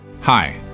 Hi